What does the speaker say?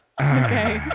Okay